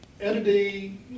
entity